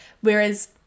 Whereas